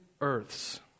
Earths